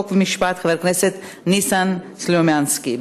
חוק ומשפט חבר הכנסת ניסן סלומינסקי.